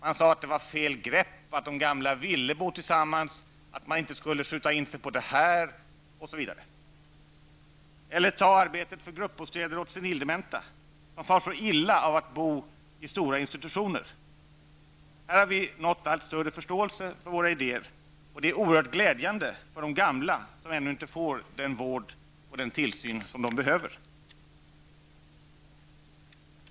Man sade att det var fel grepp, att de gamla ville bo tillsammans, att man inte skulle skjuta in sig på det här, osv. Vi kan ta arbetet för gruppbostäder åt de senildementa. De far så illa av att bo i stora institutioner. Här har vi nått allt större förståelse för våra idéer, och det är oerhört glädjande för de gamla som ännu inte får den vård och tillsyn som de behöver.